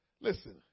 Listen